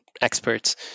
experts